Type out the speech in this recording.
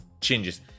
changes